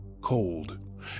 cold